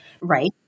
Right